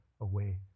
away